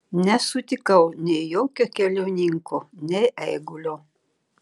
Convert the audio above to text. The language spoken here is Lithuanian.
nesutikau nei jokio keliauninko nei eigulio